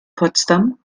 potsdam